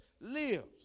lives